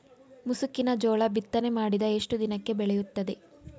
ಮುಸುಕಿನ ಜೋಳ ಬಿತ್ತನೆ ಮಾಡಿದ ಎಷ್ಟು ದಿನಕ್ಕೆ ಬೆಳೆಯುತ್ತದೆ?